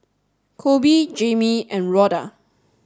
Koby Jamie and Rhoda